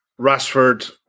Rashford